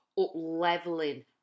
up-leveling